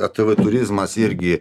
atv turizmas irgi